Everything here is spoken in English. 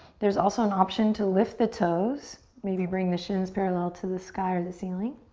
there's also an option to lift the toes. maybe bring the shins parallel to the sky or the ceiling.